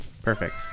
Perfect